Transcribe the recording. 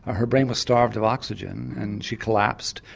ah her brain was starved of oxygen and she collapsed,